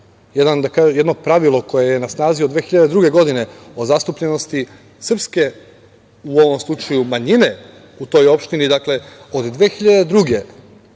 jedno pravilo koje je na snazi od 2002. godine o zastupljenosti srpske, u ovom slučaju manjine, u toj opštini. Od 2002. godine